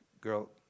girl